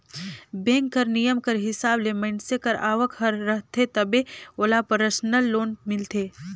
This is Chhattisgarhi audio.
बेंक कर नियम कर हिसाब ले मइनसे कर आवक हर रहथे तबे ओला परसनल लोन मिलथे